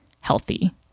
healthy